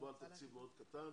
מדובר בתקציב מאוד קטן,